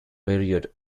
period